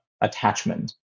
attachment